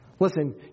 Listen